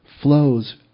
flows